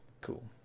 Cool